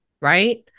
right